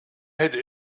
hätte